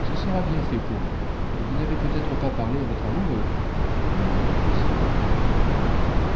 ce sera bien fait pour vous et vous n'avez peut-être pas parlé à votre amoureux non ma cousine